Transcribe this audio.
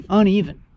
uneven